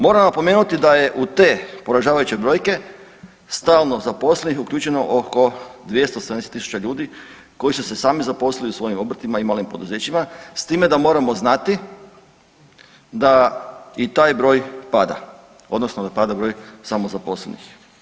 Moram napomenuti da je u te poražavajuće brojke stalno zaposlenih uključeno oko 270.000 ljudi koji su se sami zaposlili u svojim obrtima i malim poduzećima s time da moramo znati da i taj broj pada odnosno da pada broj samozaposlenih.